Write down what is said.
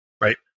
Right